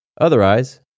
Otherwise